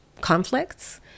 conflicts